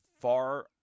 far